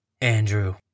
Andrew